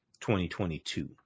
2022